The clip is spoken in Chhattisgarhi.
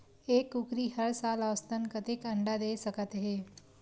एक कुकरी हर साल औसतन कतेक अंडा दे सकत हे?